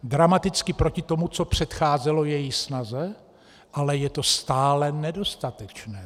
Dramaticky proti tomu, co předcházelo její snaze, ale je to stále nedostatečné.